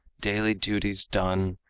daily duties done,